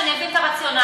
שאני אבין את הרציונל,